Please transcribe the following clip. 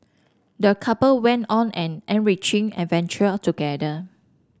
the couple went on an enriching adventure together